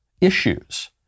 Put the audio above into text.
issues